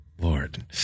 Lord